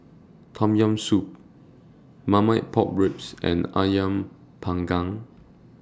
Tom Yam Soup Marmite Pork Ribs and Ayam Panggang